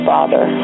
Father